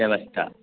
व्यवस्था